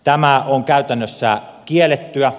tämä on käytännössä kiellettyä